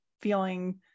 feeling